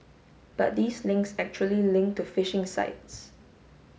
but these links actually link to phishing sites